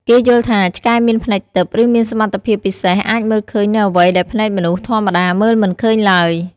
គេយល់ថាឆ្កែមានភ្នែកទិព្វ ឬមានសមត្ថភាពពិសេសអាចមើលឃើញនូវអ្វីដែលភ្នែកមនុស្សធម្មតាមើលមិនឃើញឡើយ។